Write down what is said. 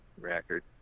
record